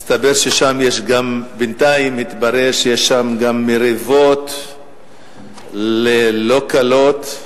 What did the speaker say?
בינתיים מתברר שיש שם גם מריבות לא קלות,